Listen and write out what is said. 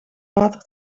water